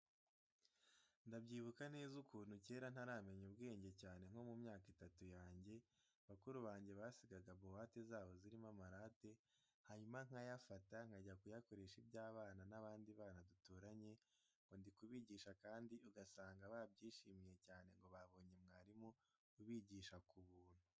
Ndabyibuka neza ukuntu kera ntaramenya ubwenge cyane nko ku myaka itatu yange, bakuru bange basigaga buwate zabo zirimo amarati, hanyuma nkayafata nkajya kuyakoresha iby'abana n'abandi bana duturanye ngo ndi kubigisha kandi ugasanga babyishimiye cyane ngo babonye mwarimu ubigisha ku buntu.